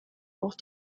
auch